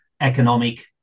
economic